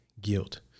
guilt